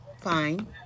fine